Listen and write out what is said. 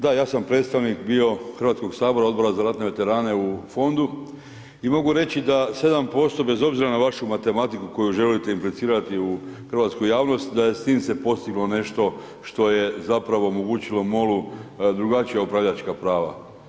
Da ja sam predstavnik bio Hrvatskog sabora Odbora za ratane veterane u fondu i mogu reći da 7% bez obzira na vašu matematiku koju želite implicirati u hrvatsku javnost, da s tim se postiglo nešto što je zapravo omogućilo MOL-u drugačija upravljačka prava.